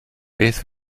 beth